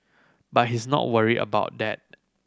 but he's not worried about that